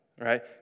right